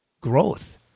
growth